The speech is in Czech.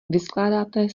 vyskládáte